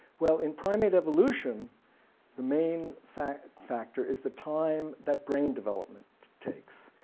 well in primate evolution the main factor factor is the time that brain development takes.